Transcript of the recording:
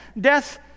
Death